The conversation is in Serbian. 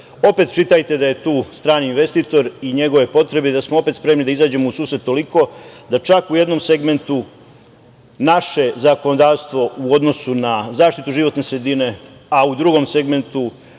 čitajte da je tu strani investitor i njegove potrebe i da smo opet spremni da izađemo u susret toliko da čak u jednom segmentu naše zakonodavstvo u odnosu na zaštitu životne sredine, a u drugom segmentu,